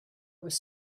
was